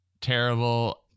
Terrible